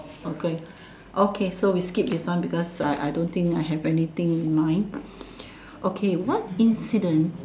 okay okay so we skip this one because I I don't think I have anything in mind okay what incident